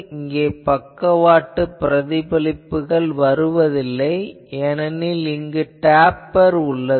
இங்கே பக்கவாட்டு பிரதிபலிப்புகள் வருவதில்லை ஏனெனில் இங்கு டேப்பர் உள்ளது